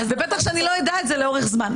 ובטח לא שאני לא אדע לאורך זמן,